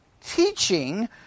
teaching